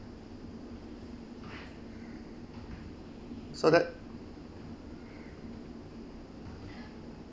so that